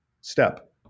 step